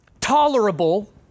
tolerable